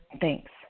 Thanks